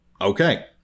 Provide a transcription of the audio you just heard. okay